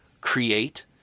create